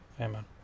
Amen